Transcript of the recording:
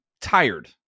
tired